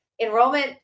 Enrollment